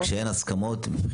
כשאין הסכמות.